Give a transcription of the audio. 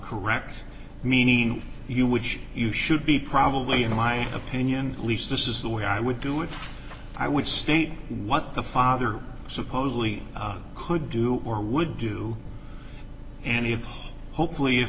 correct meaning you which you should be probably in my opinion at least this is the way i would do it i would state what the father supposedly could do or would do and if hopefully i